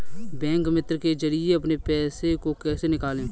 Bank मित्र के जरिए अपने पैसे को कैसे निकालें?